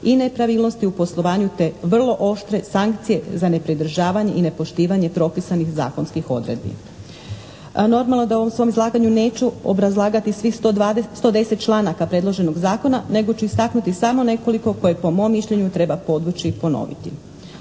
i nepravilnosti u poslovanju te vrlo oštre sankcije za nepridržavanje i nepoštivanje propisanih zakonskih odredbi. Normalno da u ovom svom izlaganju neću obrazlagati svih 110 članaka predloženog zakona nego ću istaknuti samo nekoliko koji po mom mišljenju treba podvući i ponoviti.